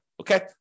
Okay